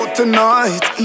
tonight